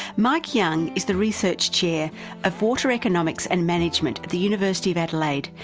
mike young is the research chair of water economics and management at the university of adelaide,